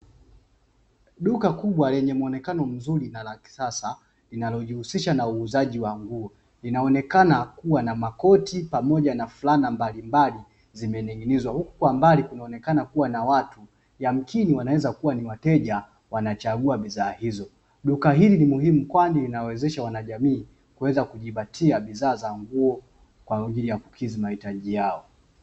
Duka kubwa lenye muonekano mzuri na la kisasa linalojihusisha na uuzaji wa nguo, linaonekana kuwa na makoti pamoja na flana mbalimbali zimening'inizwa, huku kwa mbali kunaonekana kuwa na watu yamkini wanaweza kuwa ni wateja wanachagua bidhaa hizo, duka hili ni muhimu kwani linawezesha wanajamii kuweza kujipatia bidhaa za nguo kwa ajili ya kukidhi mahitaji yao.